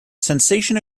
sensation